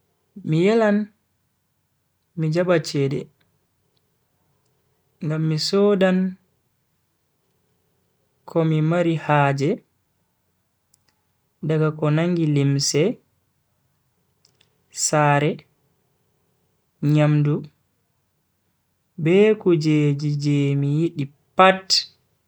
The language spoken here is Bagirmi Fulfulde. Mi yelan mi jaba cede. ngam mi sodan komi mari haaje daga ko nangi limse, sare, nyamdu be kujeji je mi yidi pat.